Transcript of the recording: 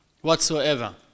whatsoever